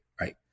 right